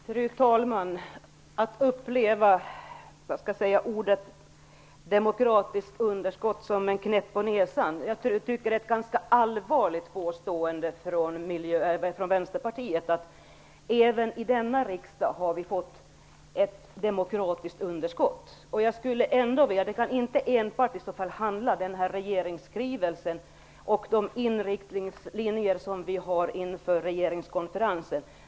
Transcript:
Fru talman! Jag vill kommentera detta med att uppleva begreppet demokratiskt underskott som en knäpp på näsan. Jag tycker att det är ett ganska allvarligt påstående från Vänsterpartiet att vi även i denna riksdag har fått ett demokratiskt underskott. Det kan i så fall inte enbart handla om den här regeringsskrivelsen och riktlinjerna inför regeringskonferensen.